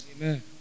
Amen